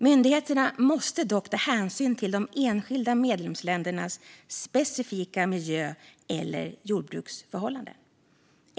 Myndigheterna måste dock ta hänsyn till de enskilda medlemsländernas specifika miljö eller jordbruksförhållanden.